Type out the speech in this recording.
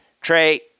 Trey